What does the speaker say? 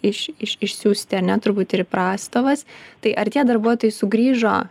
iš iš išsiųsti ane turbūt ir į prastovas tai ar tie darbuotojai sugrįžo